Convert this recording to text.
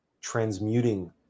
transmuting